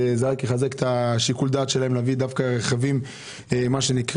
זה רק יחזק את שיקול הדעת שלהם להביא דווקא רכבים ירוקים,